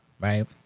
Right